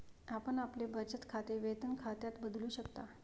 आपण आपले बचत खाते वेतन खात्यात बदलू शकता